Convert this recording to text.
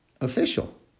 official